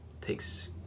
takes